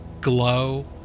glow